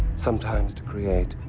sometimes to create.